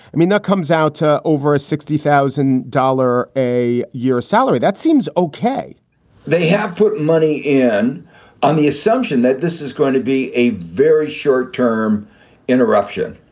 i mean, that comes out over a sixty thousand dollar a year salary, that seems okay they have put money in on the assumption that this is going to be a very short term interruption.